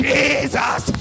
Jesus